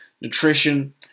nutrition